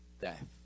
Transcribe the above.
death